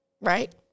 right